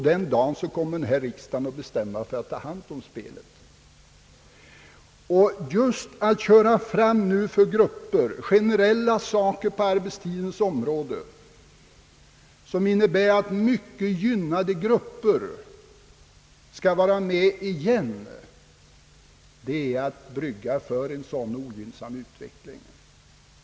Den dagen kommer riksdagen att bestämma sig för att ta hand om spelet. Just att köra fram med för vissa grupper generella saker på arbetstidens område, vilket innebär att gynnade grupper får ta för sig på nytt, är att arbeta för en sådan ogynnsam utveckling.